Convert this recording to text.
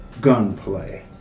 gunplay